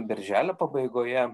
birželio pabaigoje